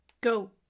Go